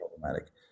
problematic